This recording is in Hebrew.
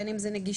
בין אם זה נגישות,